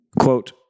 quote